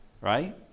right